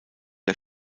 der